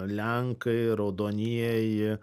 lenkai raudonieji